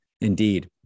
Indeed